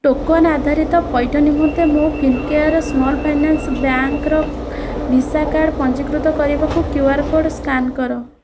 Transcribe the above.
token ଆଧାରିତ ପଇଠ ନିମନ୍ତେ ମୋ ଫିନକେୟାର୍ ସ୍ମଲ୍ ଫାଇନାନ୍ସ୍ ବ୍ୟାଙ୍କ୍ର ଭିସା କାର୍ଡ଼ ପଞ୍ଜୀକୃତ କରିବାକୁ କ୍ୟୁ ଆର କୋଡ଼ ସ୍କାନ କର